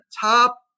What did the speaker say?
top